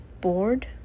bored